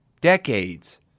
decades